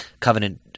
covenant